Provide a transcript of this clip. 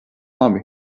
labi